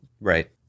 right